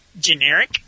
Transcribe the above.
generic